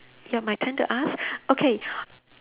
ya my turn to ask okay